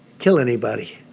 kill anybody.